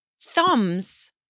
thumbs